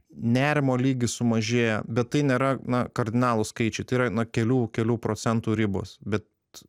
nerimo lygis sumažėja bet tai nėra na kardinalūs skaičiai tai yra na kelių kelių procentų ribos bet